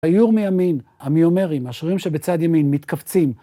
היור מימין, המיומרים, השרירים שבצד ימין מתכווצים.